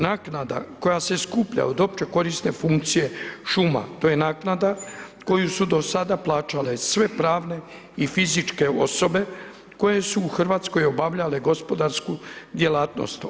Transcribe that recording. Naknada koja se skuplja od opće korisne funkcije šuma to je naknada koju su do sada plaćale sve pravne i fizičke osobe koje su u Hrvatskoj obavljale gospodarsku djelatnost.